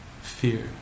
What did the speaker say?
Fear